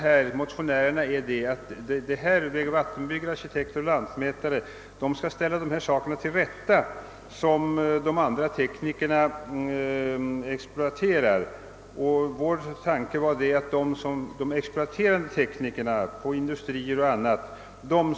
Vi motionärer anser emellertid att vägoch vattenbyggare, arkitekter och lantmätare främst har att ställa till rätta vad de andra teknikerna exploaterar. Vår tanke är att de exploaterande teknikerna på industrier etc.